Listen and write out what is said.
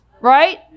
Right